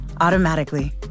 automatically